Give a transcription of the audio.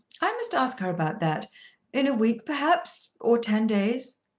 i must ask her about that in a week perhaps, or ten days.